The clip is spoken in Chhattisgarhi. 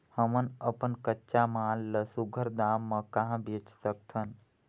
हमन अपन कच्चा माल ल सुघ्घर दाम म कहा बेच सकथन?